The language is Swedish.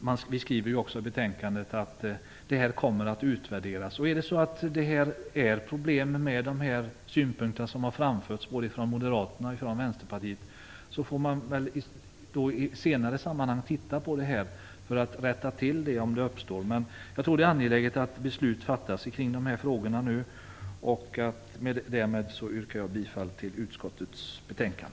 Vi skriver i betänkandet att detta kommer att utvärderas. Om det uppkommer sådana problem som man både från Moderaterna och från Vänsterpartiet har pekat på, får man väl i ett senare sammanhang rätta till förhållandena, men jag tror att det är angeläget att beslut nu fattas i dessa frågor. Med detta yrkar jag bifall till utskottets hemställan.